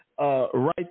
right